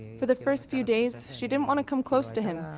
for the first few days, she didn't want to come close to him.